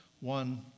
One